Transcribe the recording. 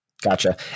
gotcha